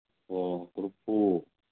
ꯑꯣ ꯀꯣꯔꯐꯨ